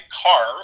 car